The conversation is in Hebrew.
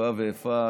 איפה ואיפה.